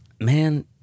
man